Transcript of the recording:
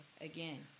again